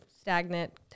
stagnant